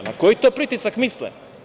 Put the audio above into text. Na koji to pritisak misle?